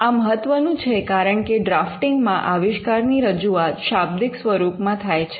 આ મહત્વનું છે કારણ કે ડ્રાફ્ટિંગ માં આવિષ્કારની રજૂઆત શાબ્દિક સ્વરૂપ માં થાય છે